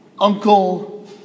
Uncle